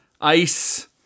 ice